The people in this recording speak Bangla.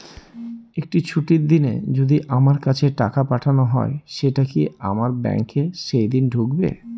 একটি ছুটির দিনে যদি আমার কাছে টাকা পাঠানো হয় সেটা কি আমার ব্যাংকে সেইদিন ঢুকবে?